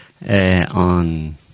On